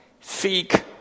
seek